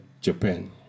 Japan